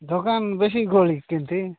ଦୋକାନ ବେଶୀ ଗହଳି କେମିତି